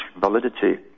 validity